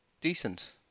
decent